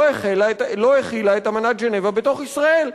לא החילה את אמנת ז'נבה בתוך ישראל.